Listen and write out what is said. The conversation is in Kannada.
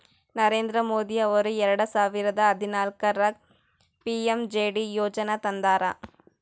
ನರೇಂದ್ರ ಮೋದಿ ಅವರು ಎರೆಡ ಸಾವಿರದ ಹದನಾಲ್ಕರಾಗ ಪಿ.ಎಮ್.ಜೆ.ಡಿ ಯೋಜನಾ ತಂದಾರ